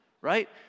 right